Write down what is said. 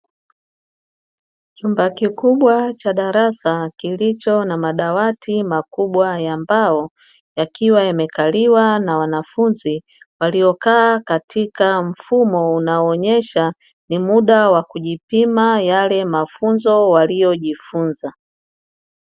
Chumba kikubwa cha darasa kilicho na madawati makubwa ya mbao yakiwa yamekaliwa na wanafunzi waliokaa katika mfumo unaoonyesha ni muda wa kujipima yale mafunzo waliojifunza.